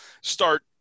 start